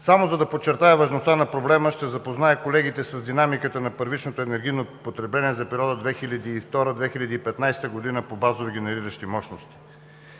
Само за да подчертая важността на проблема ще запозная колегите с динамиката на първичното енергийно потребление за периода 2002 - 2015 г. по базови генериращи мощности.